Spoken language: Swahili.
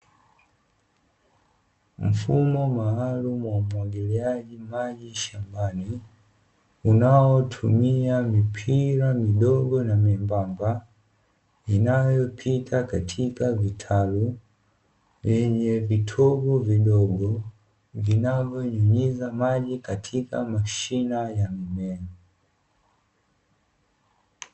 Mfumo maalumu wa umwagiliaji maji shambani unaotumia mipira midogo na miembamba inayopita katika vitaru, yenye vitobo vidogo vinavyonyunyiza maji katika mashina ya mimea.